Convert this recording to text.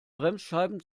bremsscheiben